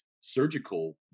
surgical